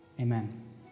Amen